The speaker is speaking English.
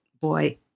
boy